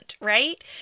right